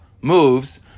moves